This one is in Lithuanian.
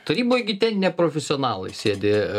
taryboj gi ten neprofesionalai sėdi